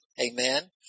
Amen